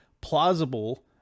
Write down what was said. plausible